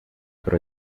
pero